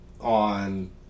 on